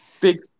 big